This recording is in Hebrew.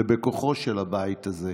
זה בכוחו של הבית הזה.